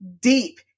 deep